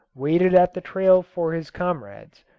waited at the trail for his comrades,